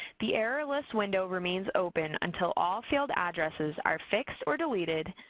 the error list window remains open until all failed addresses are fixed or deleted,